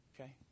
Okay